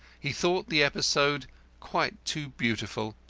he thought the episode quite too beautiful,